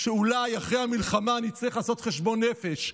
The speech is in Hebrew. שאולי אחרי המלחמה נצטרך לעשות חשבון נפש.